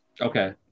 okay